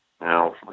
Now